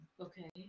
Okay